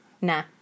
nah